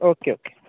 okay okay